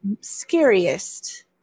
scariest